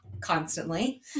constantly